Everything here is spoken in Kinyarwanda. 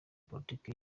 politiki